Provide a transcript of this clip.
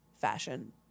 fashion